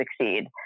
succeed